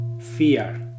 Fear